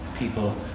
people